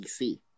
DC